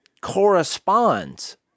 corresponds